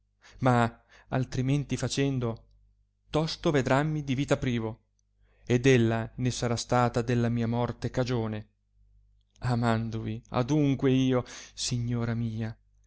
ma altrimenti facendo tosto vedrammi di vita privo ed ella ne sarà stata della mia morte cagione amandovi adunque io signora mia